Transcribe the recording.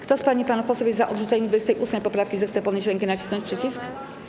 Kto z pań i panów posłów jest za odrzuceniem 28. poprawki, zechce podnieść rękę i nacisnąć przycisk.